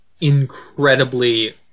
incredibly